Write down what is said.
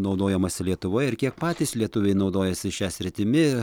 naudojamasi lietuvoje ir kiek patys lietuviai naudojasi šia sritimi